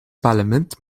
parlament